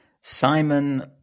Simon